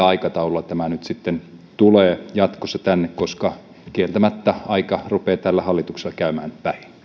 aikataululla tämä nyt sitten tulee jatkossa tänne kieltämättä aika rupeaa tällä hallituksella käymään